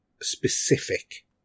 specific